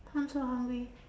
I'm so hungry